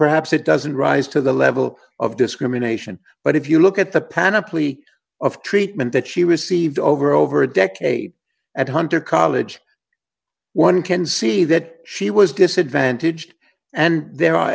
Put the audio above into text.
perhaps it doesn't rise to the level of discrimination but if you look at the panoply of treatment that she received over over a decade at hunter college one can see that she was disadvantaged and there are